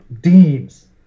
Deans